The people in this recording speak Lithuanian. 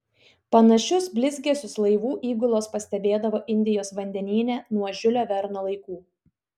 panašius blizgesius laivų įgulos pastebėdavo indijos vandenyne nuo žiulio verno laikų